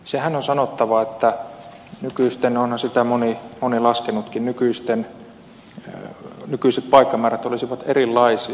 sehän on sanottava että nykyiset onhan sitä moni laskenutkin paikkamäärät olisivat erilaisia